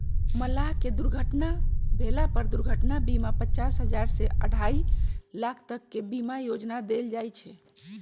मलाह के दुर्घटना भेला पर दुर्घटना बीमा पचास हजार से अढ़ाई लाख तक के बीमा योजना देल जाय छै